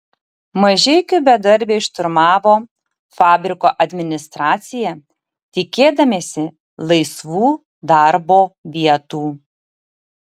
mažeikių bedarbiai šturmavo fabriko administraciją tikėdamiesi laisvų darbo vietų